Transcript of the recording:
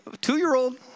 two-year-old